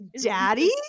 daddy